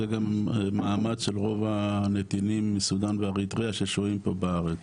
גם מעמד של רוב הנתינים מסודן ואריתריאה ששוהים פה בארץ.